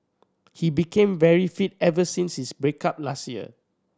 he became very fit ever since his break up last year